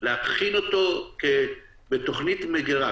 להכין אותו בתכנית מגירה,